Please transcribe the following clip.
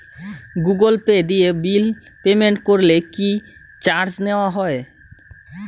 Google Pay দিয়ে bill payment করলে কি চার্জ নেওয়া হয়?